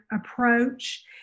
approach